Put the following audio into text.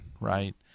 Right